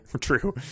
True